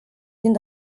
din